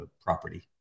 property